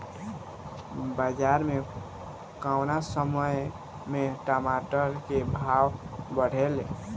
बाजार मे कौना समय मे टमाटर के भाव बढ़ेले?